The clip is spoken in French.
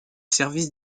services